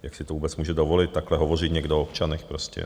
Jak si to vůbec může dovolit, takhle hovořit někdo o občanech prostě?